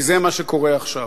כי זה מה שקורה עכשיו.